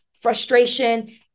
frustration